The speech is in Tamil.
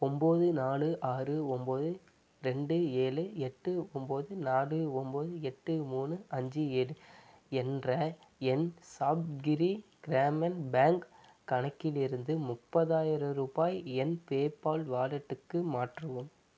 ஒம்பது நாலு ஆறு ஒம்பது ரெண்டு ஏழு எட்டு ஒம்பது நாலு ஒம்பது எட்டு மூணு அஞ்சு ஏழு என்ற என் சாப்த்கிரி க்ராமின் பேங்க் கணக்கிலிருந்து முப்பதாயிரம் ருபாய் என் பேபால் வாலெட்டுக்கு மாற்றவும்